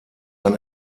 ein